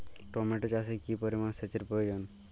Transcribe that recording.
Tomato চাষে কি পরিমান সেচের প্রয়োজন?